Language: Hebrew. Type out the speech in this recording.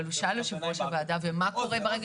אבל הוא שאל יושב ראש הוועדה מה קורה ברגע